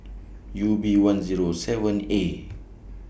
U B one Zero seven A